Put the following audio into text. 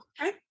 okay